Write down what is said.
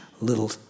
little